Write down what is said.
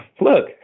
Look